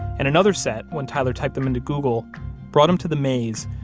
and another set when tyler typed them into google brought him to the maze,